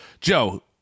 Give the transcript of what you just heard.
Joe